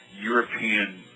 European